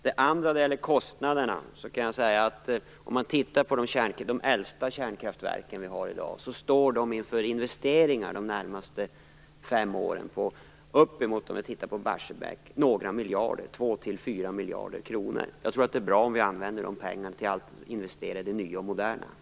Beträffande den andra frågan om kostnaderna står de äldre kärnkraftverken - t.ex. Barsebäck - inför investeringar under de närmaste fem åren på uppemot 2-4 miljarder kronor. Det vore bra om vi använde dessa pengar till att investera i det som är modernt och nytt.